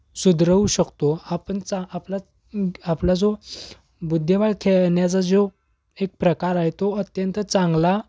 सुधरवू शकतो आपण चा आपला आपला जो बुद्धिबळ खेळण्याचा जो एक प्रकार आहे तो अत्यंत चांगला